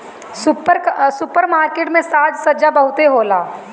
super market में साज सज्जा बहुते होला